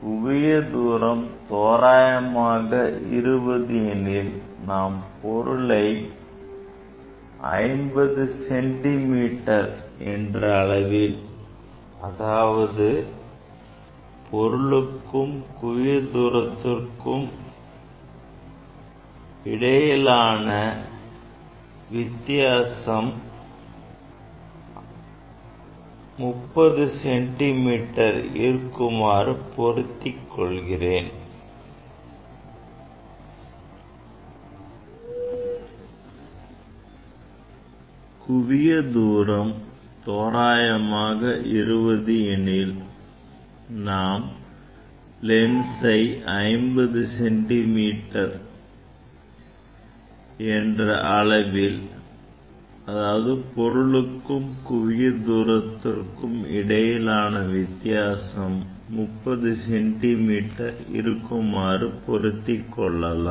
குவியத் தூரம் தோராயமாக 20 எனில் நாம் லெனசை 50 சென்டி மீட்டர் என்ற அளவில் அதாவது பொருளுக்கும் குவியத் தூரத்திற்கு இடையிலான வித்தியாசம் 30 சென்டிமீட்டர் இருக்குமாறு பொருத்திக் கொள்ளலாம்